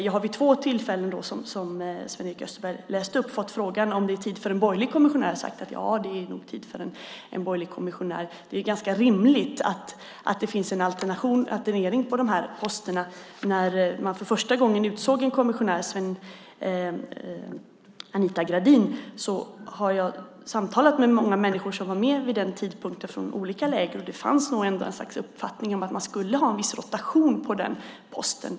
Jag har vid två tillfällen, som Sven-Erik Österberg har tagit upp, fått frågan om det är tid för en borgerlig kommissionär. Jag har sagt att det nog är tid för en borgerlig kommissionär. Det är ganska rimligt att dessa poster alternerar. När man för första gången utsåg en kommissionär blev det Anita Gradin. Jag har samtalat med många människor från olika läger som var med vid den tidpunkten. Det fanns nog ändå ett slags uppfattning om att man skulle ha en viss rotation på den posten.